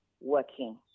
working